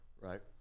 Right